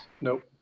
Nope